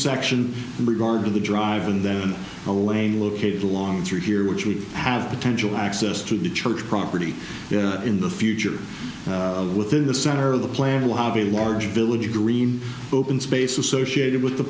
section in regard to the drive and then a lane located along through here which we have potential access to church property in the future within the center of the plan will have a large village green open space associated with the